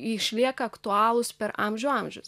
išlieka aktualūs amžių amžius